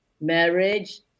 marriage